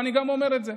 ואני גם אומר את זה.